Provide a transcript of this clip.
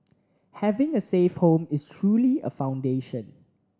having a safe home is truly a foundation